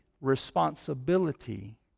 responsibility